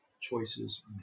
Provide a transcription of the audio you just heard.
choices